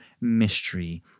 mystery